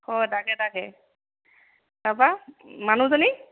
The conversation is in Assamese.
হয় তাকে তাকে তাপা মানুহজনী